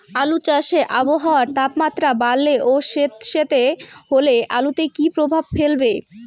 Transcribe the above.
আলু চাষে আবহাওয়ার তাপমাত্রা বাড়লে ও সেতসেতে হলে আলুতে কী প্রভাব ফেলবে?